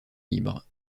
libre